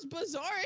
bizarre